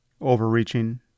overreaching